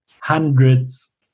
hundreds